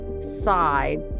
side